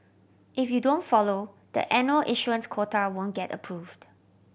if you don't follow the annual issuance quota won't get approved